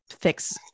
fix